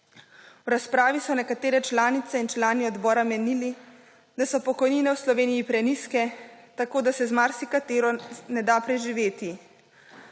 V razpravi so nekateri članice in člani odbora menili, da so pokojnine v Sloveniji prenizke, tako da se z marsikatero ne da preživeti.